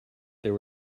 there